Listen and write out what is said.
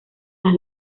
las